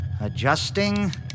Adjusting